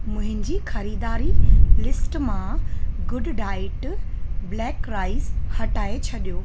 मुंहिंजी ख़रीदारी लिस्ट मां गुड डाइट ब्लैक राइस हटाए छॾियो